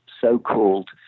so-called